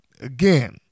again